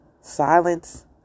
silence